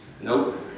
Nope